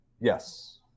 Yes